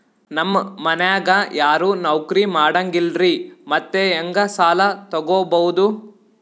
ನಮ್ ಮನ್ಯಾಗ ಯಾರೂ ನೌಕ್ರಿ ಮಾಡಂಗಿಲ್ಲ್ರಿ ಮತ್ತೆಹೆಂಗ ಸಾಲಾ ತೊಗೊಬೌದು?